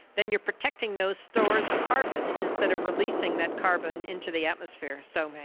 then you are protecting those stores of carbon instead of releasing that carbon into the atmosphere. so,